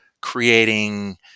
creating